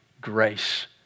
grace